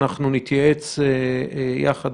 אנחנו נתייעץ יחד,